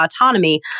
autonomy